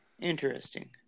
Interesting